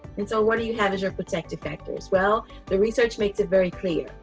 and so what do you have as your protective factors? well the research makes it very clear.